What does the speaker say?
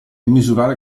misurare